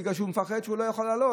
בגלל הפחד שלא יוכלו לעלות.